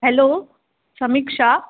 hello Samiksha